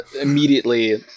immediately